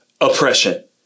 oppression